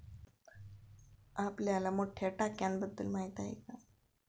आपल्याला मोठ्या टाक्यांबद्दल माहिती आहे का?